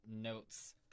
notes